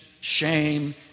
shame